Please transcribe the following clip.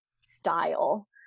style